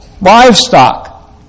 livestock